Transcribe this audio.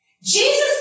Jesus